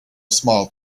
smiled